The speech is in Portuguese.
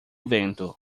vento